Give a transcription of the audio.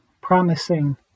promising